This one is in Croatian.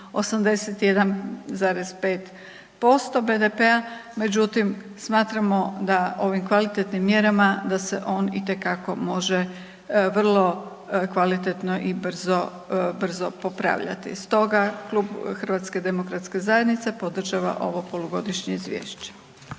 81,5% BDP-a. Međutim, smatramo da ovim kvalitetnim mjerama da se on itekako može vrlo kvalitetno i brzo, brzo popravljati. Stoga Klub HDZ-a podržava ovo polugodišnje izvješće.